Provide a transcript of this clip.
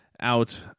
out